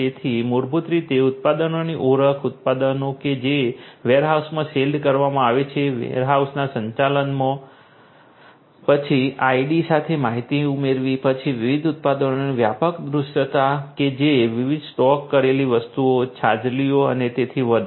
તેથી મૂળભૂત રીતે ઉત્પાદનોની ઓળખ ઉત્પાદનો કે જે વેરહાઉસમાં શેલ્ડ કરવામાં આવે છે વેરહાઉસના સંચાલનમાં પછી ID સાથે માહિતી ઉમેરવી પછી વિવિધ ઉત્પાદનોની વ્યાપક દૃશ્યતા કે જે વિવિધ સ્ટોક કરેલી વસ્તુઓ છાજલીઓ અને તેથી વધુ